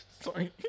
Sorry